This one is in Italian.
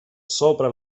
sopra